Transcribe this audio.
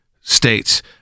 States